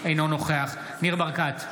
אינו נוכח ניר ברקת,